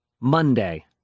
Monday